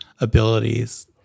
abilities